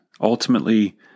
ultimately